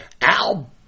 Al